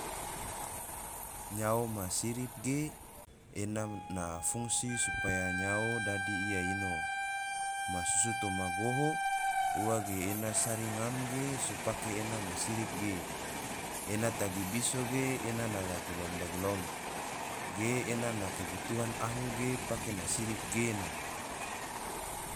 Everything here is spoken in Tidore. Nyao ma sirip ge, ena na fungsi supaya nyao dadi ia ino, masusu toma goho, ua ge ena sari ngam ge so pake ena ma sirip ge, ena tagi biso ge ena na dagilom-dagilom ge ena na kebutuhan ahu ge pake na sirip gena.